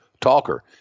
talker